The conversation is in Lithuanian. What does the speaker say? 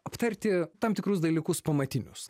aptarti tam tikrus dalykus pamatinius